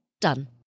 Done